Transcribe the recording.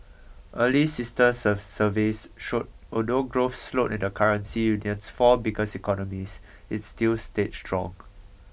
early sister of surveys showed although growth slowed in the currency union's four biggest economies it still stayed strong